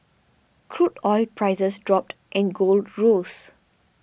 crude oil prices dropped and gold rose